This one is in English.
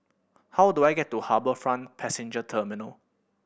how do I get to HarbourFront Passenger Terminal